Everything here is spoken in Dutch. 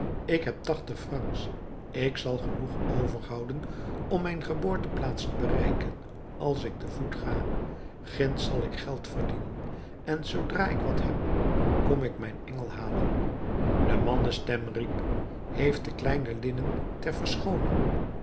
ik heb tachtig francs ik zal genoeg overhouden om mijn geboorteplaats te bereiken als ik te voet ga ginds zal ik geld verdienen en zoodra ik wat heb kom ik mijn engel halen de mannenstem riep heeft de kleine linnen ter verschooning